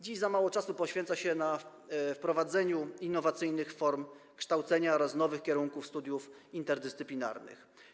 Dziś za mało czasu poświęca się wprowadzeniu innowacyjnych form kształcenia oraz nowych kierunków studiów interdyscyplinarnych.